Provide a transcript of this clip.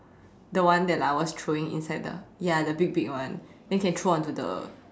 the one that like I was throwing inside the ya the big big one then can throw onto the